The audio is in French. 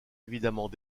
évidemment